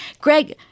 Greg